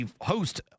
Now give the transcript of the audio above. host